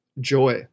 joy